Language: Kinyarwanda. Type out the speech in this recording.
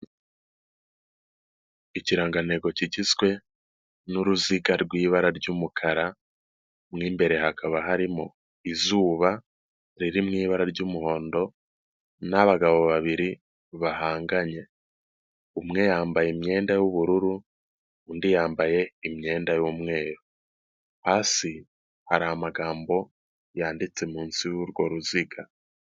Ikirangantego kigizwe n'uruziga rw'ibara ry'umukara, mu imbere hakaba harimo izuba riri mu ibara ry'umuhondo n'abagabo babiri bahanganye, umwe yambaye imyenda y'ubururu undi yambaye imyenda y'umweru, hasi hari amagambo yanditse munsi y'urwo ruziga.